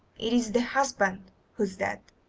it is the husband who is dead